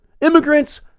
Immigrants